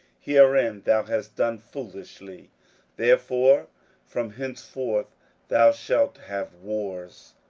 herein thou hast done foolishly therefore from henceforth thou shalt have wars.